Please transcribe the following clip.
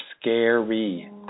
scary